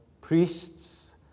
priests